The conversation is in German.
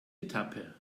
etappe